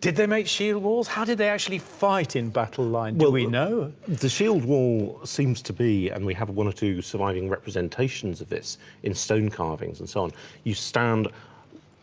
did they make shield walls? how did they actually fight in battle line? do we know? the shield wall seems to be and we have one or two surviving representations of this in stone carvings and so on you stand